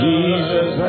Jesus